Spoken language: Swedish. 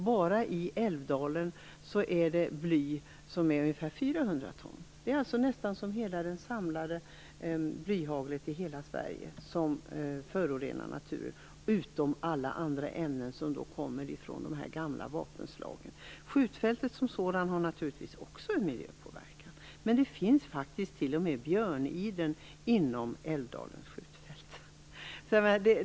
Bara i Älvdalen handlar det om ungefär 400 ton bly, alltså nästan som det samlade blyhaglet i hela Sverige, som förorenar naturen - bortsett från alla andra ämnen som kommer från de här gamla vapenslagen. Skjutfältet som sådant har naturligtvis också en miljöpåverkan, men det finns faktiskt t.o.m. björniden inom Älvdalens skjutfält.